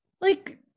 Like-